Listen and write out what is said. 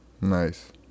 nice